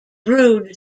brewed